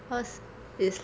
cause it's